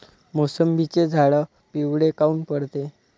मोसंबीचे झाडं पिवळे काऊन पडते?